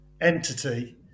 entity